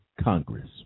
Congress